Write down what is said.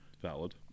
valid